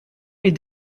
est